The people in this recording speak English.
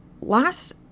last